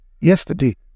yesterday